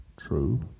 True